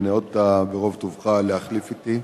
שניאות ברוב טובך להחליף אתי,